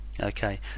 Okay